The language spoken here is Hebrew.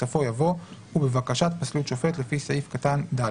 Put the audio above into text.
בסופו יבוא "ובבקשת פסלות שופט לפי סעיף קטן (ד).".